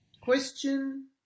Question